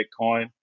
Bitcoin